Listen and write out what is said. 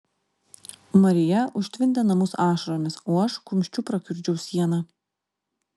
marija užtvindė namus ašaromis o aš kumščiu prakiurdžiau sieną